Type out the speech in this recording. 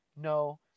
No